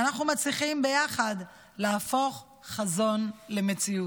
ואנחנו מצליחים ביחד להפוך חזון למציאות.